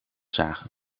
zagen